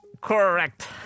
Correct